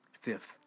Fifth